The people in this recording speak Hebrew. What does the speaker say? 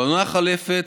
בעונה החולפת,